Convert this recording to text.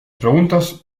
preguntas